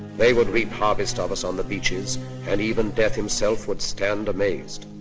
they would reap harvest of us on the beaches and even death himself would stand amazed.